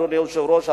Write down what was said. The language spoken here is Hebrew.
אדוני היושב-ראש,